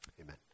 Amen